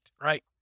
right